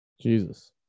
jesus